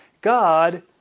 God